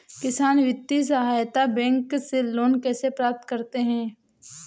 किसान वित्तीय सहायता बैंक से लोंन कैसे प्राप्त करते हैं?